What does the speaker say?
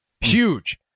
Huge